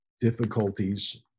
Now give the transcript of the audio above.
difficulties